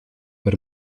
per